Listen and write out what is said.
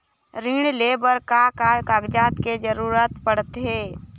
ऋण ले बर का का कागजात के जरूरत पड़थे?